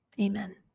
Amen